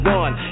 one